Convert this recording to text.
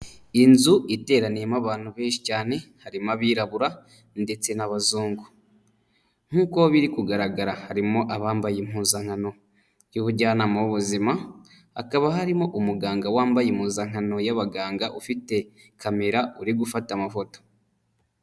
N'inzu iteraniyemo abantu benshi cyane harimo abirabura ndetse n'abazungu nkuko biri kugaragara harimo abambaye impuzankano y'ubujyanama b'ubuzima hakaba harimo umuganga wambaye impuzankano y'abaganga ufite camera uri gufata amafoto.